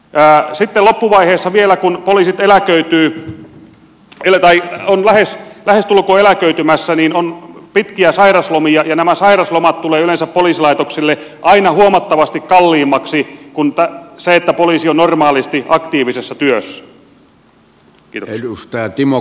sitten loppuvaiheessa vielä kun poliisit ovat lähestulkoon eläköitymässä on pitkiä sairauslomia ja nämä sairauslomat tulevat yleensä poliisilaitoksille aina huomattavasti kalliimmaksi kuin se että poliisi on normaalisti aktiivisessa työssä